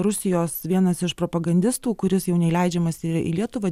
rusijos vienas iš propagandistų kuris jau neįleidžiamas į lietuvą